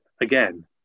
again